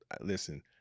listen